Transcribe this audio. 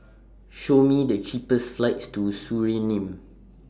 Show Me The cheapest flights to Suriname